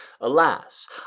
Alas